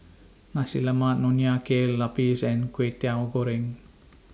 Nasi Lemak Nonya Kueh Lapis and Kwetiau Goreng